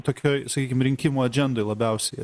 tokioj sakykim rinkimų adžendoj labiausiai